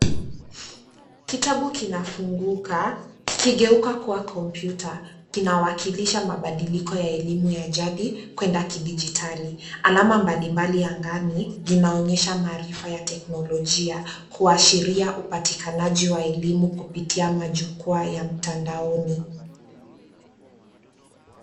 Kitabu kinafunguka kikigeuka kua kompyuta. Kinawakilisha mabadiliko ya elimu ya jadi kuenda kidijitali. Alama mbalimbali angani zinaonyesha maarifa ya teknolojia kuashria upatikanaji wa elimu kupitia majukwaa ya mtandaoni.